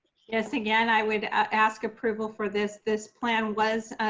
yes, again, i would ask approval for this. this plan was